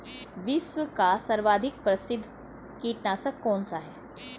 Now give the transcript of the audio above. विश्व का सर्वाधिक प्रसिद्ध कीटनाशक कौन सा है?